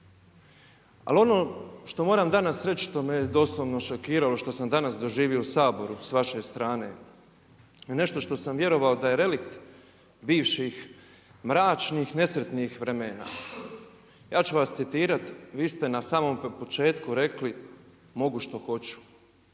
Ali ono što moram danas reći, što me je doslovno šokiralo, što sam danas doživio u Saboru s vaše strane je nešto što sam vjerovao da je relikt bivših mračnih, nesretnih vremena. Ja ću vas citirati, vi ste na samom početku rekli, mogu što hoću.